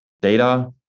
data